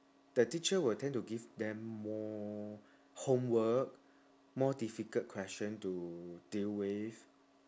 the teacher will tend to give them more homework more difficult question to deal with